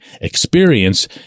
experience